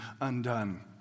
undone